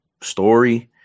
story